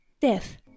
death